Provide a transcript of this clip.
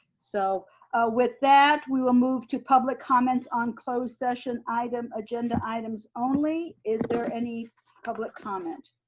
so with that, we will move to public comments on closed session item, agenda items only, is there any public comment?